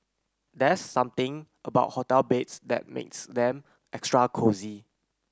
there's something about hotel beds that makes them extra cosy